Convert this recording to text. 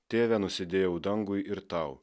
tėve nusidėjau dangui ir tau